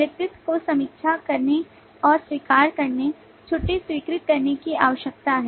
नेतृत्व को समीक्षा करने और स्वीकार करने छुट्टी स्वीकृत करने की आवश्यकता है